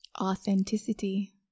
authenticity